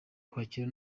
kwakira